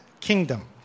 kingdom